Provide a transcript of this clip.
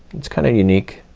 it's kind of unique